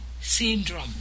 syndrome